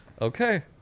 Okay